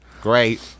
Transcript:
Great